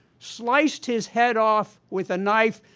sliced his head off with a knife,